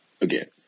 Again